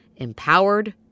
Empowered